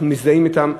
שאנחנו מזדהים אתם,